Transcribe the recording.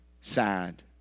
Sad